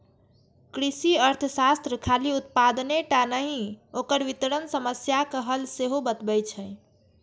कृषि अर्थशास्त्र खाली उत्पादने टा नहि, ओकर वितरण समस्याक हल सेहो बतबै छै